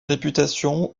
réputation